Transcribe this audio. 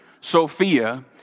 Sophia